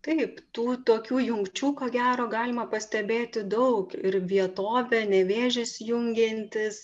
taip tų tokių jungčių ko gero galima pastebėti daug ir vietovė nevėžis jungiantis